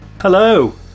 Hello